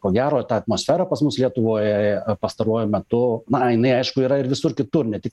ko gero ta atmosfera pas mus lietuvoje pastaruoju metu na jinai aišku yra ir visur kitur ne tik